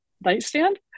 nightstand